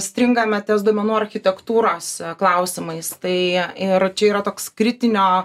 stringame ties duomenų architektūros klausimais tai ir čia yra toks kritinio